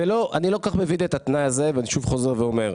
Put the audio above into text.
אני לא כל כך מבין את התנאי הזה ואני שוב חוזר ואומר,